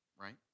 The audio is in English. right